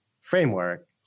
framework